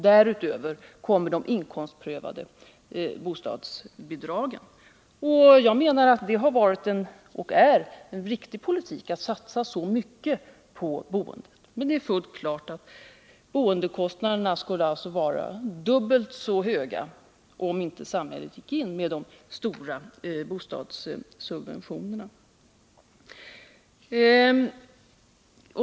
Därtill kommer de inkomstprövade bostadsbidragen. Jag menar att det har varit och är en riktig politik att satsa så mycket på boendet, men det är fullt klart att boendekostnaderna skulle vara dubbelt så höga, om inte samhället gick in med de stora bostadssubventionerna.